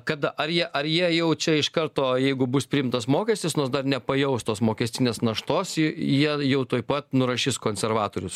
kada ar jie ar jie jau čia iš karto jeigu bus priimtas mokestis nors dar nepajaus tos mokestinės naštos ji jie jau tuoj pat nurašys konservatorius